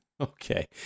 okay